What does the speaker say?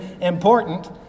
important